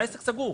העסק סגור.